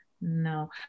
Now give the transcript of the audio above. no